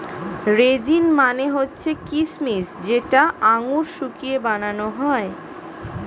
raisin মানে হচ্ছে কিচমিচ যেটা আঙুর শুকিয়ে বানানো হয়